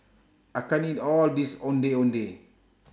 I can't eat All of This Ondeh Ondeh